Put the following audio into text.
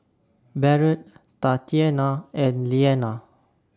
Barrett Tatianna and Leana